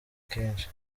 kenshi